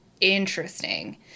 interesting